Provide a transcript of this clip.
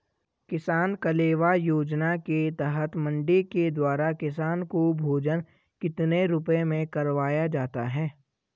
किसान कलेवा योजना के तहत मंडी के द्वारा किसान को भोजन कितने रुपए में करवाया जाता है?